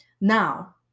Now